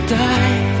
die